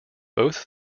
both